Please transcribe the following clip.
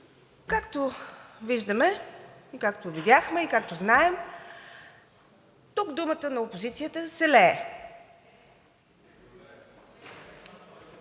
Както виждаме и както видяхме, и както знаем, тук думата на опозицията се лее